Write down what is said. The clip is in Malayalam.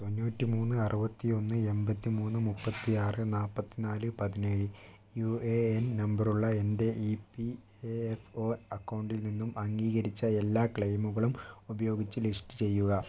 തൊണ്ണൂറ്റിമൂന്ന് അറുപത്തിയൊന്ന് എമ്പത്തിമൂന്ന് മുപ്പത്തിയാറ് നാപ്പത്തിനാല് പതിനേഴ് യുഎഎൻ നമ്പറുള്ള എൻ്റെ ഇപി എഫ്ഒ അക്കൗണ്ടിൽ നിന്നും അംഗീകരിച്ച എല്ലാ ക്ലെയിമുകളും ഉപയോഗിച്ച് ലിസ്റ്റ് ചെയ്യുക